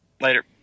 Later